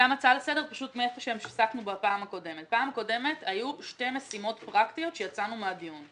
בפעם הקודמת היו שתי משימות פרקטיות עת יצאנו מהדיון.